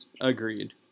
agreed